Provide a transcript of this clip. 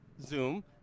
Zoom